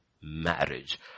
marriage